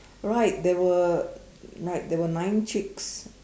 right there were right there were nine chicks